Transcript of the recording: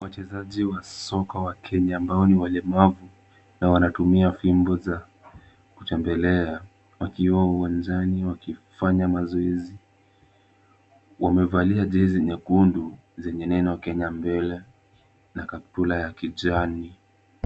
Wachezaji wa soka wa Kenya ambao ni walemavu na wanatumia fimbo za kutembelea wakiwa uwanjani wakifanya mazoezi. Wamevalia jezi nyekundu zenye neno Kenya mbele na kaptura ya kijani.